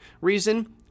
reason